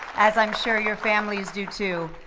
as i'm sure your families do too.